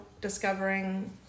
discovering